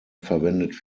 verwendet